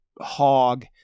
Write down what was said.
hog